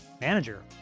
manager